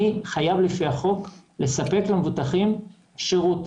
אני חייב לפי החוק לספק למבוטחים שירות.